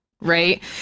right